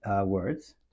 words